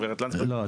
לא,